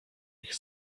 ich